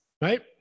right